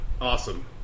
Awesome